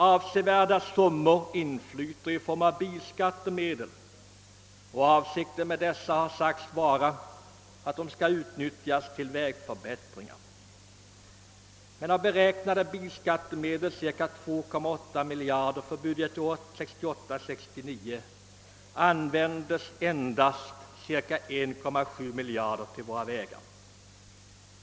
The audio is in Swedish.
Avsevärda summor inflyter i form av bilskattemedel, och avsikten med dem har sagts vara att de skall utnyttjas till vägförbättringar. Men av beräknade bilskattemedel för budgetåret 1968/69, cirka 2,8 miljarder, används endast cirka 1,7 miljarder till våra vägar.